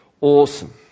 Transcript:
Awesome